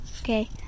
Okay